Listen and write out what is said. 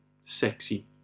sexy